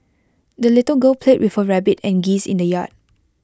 the little girl played with her rabbit and geese in the yard